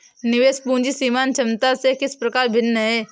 निवेश पूंजी सीमांत क्षमता से किस प्रकार भिन्न है?